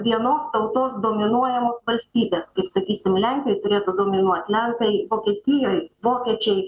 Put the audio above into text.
vienos tautos dominuojamos valstybės kaip sakysim lenkijoj turėtų dominuot lenkai vokietijoje vokiečiai